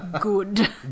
Good